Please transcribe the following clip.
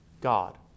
God